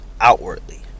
outwardly